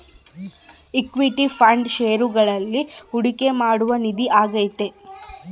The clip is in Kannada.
ಇಕ್ವಿಟಿ ಫಂಡ್ ಷೇರುಗಳಲ್ಲಿ ಹೂಡಿಕೆ ಮಾಡುವ ನಿಧಿ ಆಗೈತೆ